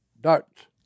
darts